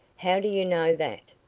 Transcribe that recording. how do you know that?